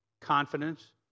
confidence